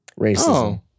Racism